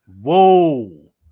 Whoa